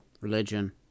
Religion